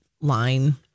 line